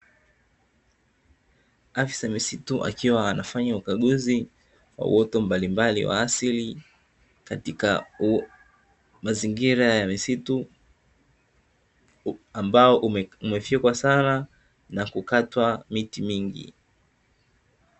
Afisa misitu, akiwa anafanya ukaguzi wa uoto mbalimbali wa asili, katika mazingira ya msitu, ambao umefyekwa sana na kukatwa miti mingi.